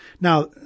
Now